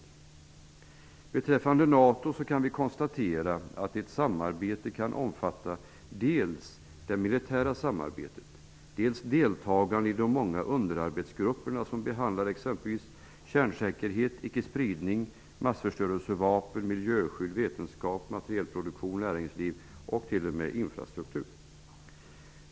Vad beträffar NATO kan vi konstatera att ett samarbete kan omfatta dels det militära samarbetet, dels deltagande i de många underarbetsgrupper som behandlar exempelvis frågor om kärnsäkerhet, icke-spridning, massförstörelsevapen, miljöskydd, vetenskap, materielproduktion, näringsliv och t.o.m.